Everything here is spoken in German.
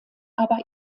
aber